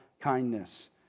kindness